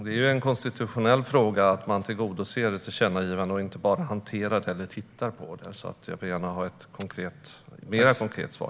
Det är ju en konstitutionell fråga att man tillgodoser ett tillkännagivande och inte bara hanterar eller tittar på det, så jag vill gärna ha ett mer konkret svar.